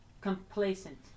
complacent